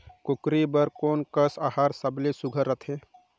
कूकरी बर कोन कस आहार सबले सुघ्घर रथे?